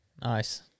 Nice